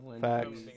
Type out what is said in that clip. Facts